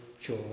joy